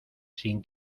sin